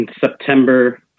September